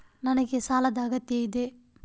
ನನಗೆ ಸಾಲದ ಅಗತ್ಯ ಇದೆ?